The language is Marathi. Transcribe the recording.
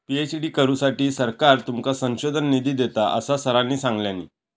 पी.एच.डी करुसाठी सरकार तुमका संशोधन निधी देता, असा सरांनी सांगल्यानी